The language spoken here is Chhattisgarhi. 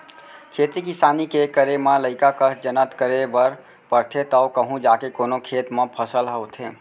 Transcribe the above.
खेती किसानी के करे म लइका कस जनत करे बर परथे तव कहूँ जाके कोनो खेत म फसल ह होथे